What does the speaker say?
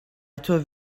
too